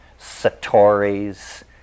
satori's